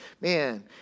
Man